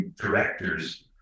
directors